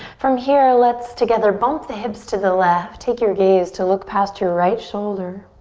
from here, let's together bump the hips to the left. take your gaze to look past your right shoulder.